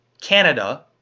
Canada